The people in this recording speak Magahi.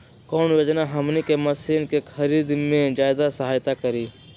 कौन योजना हमनी के मशीन के खरीद में ज्यादा सहायता करी?